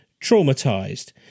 traumatized